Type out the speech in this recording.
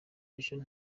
ejo